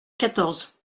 quatorze